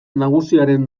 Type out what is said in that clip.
nagusiaren